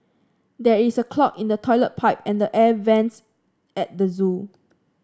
there is a clog in the toilet pipe and the air vents at the zoo